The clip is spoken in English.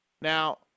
Now